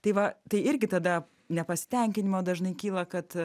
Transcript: tai va tai irgi tada nepasitenkinimo dažnai kyla kad